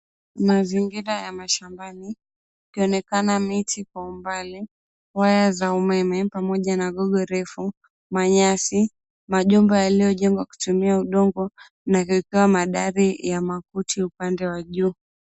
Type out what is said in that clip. Mazingira ya mashambani kukionekana miti kwa umbali, waya za umeme pamoja na gogo refu, manyasi. Majumba yaliyojengwa kutumia udongo na kuwekewa madari ya makuti upande wa juu.